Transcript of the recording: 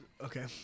Okay